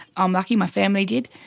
i'm lucky my family did.